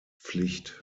pflicht